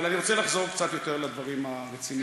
אבל אני רוצה לחזור קצת יותר לדברים הרציניים.